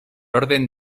orden